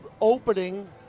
opening